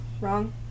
Wrong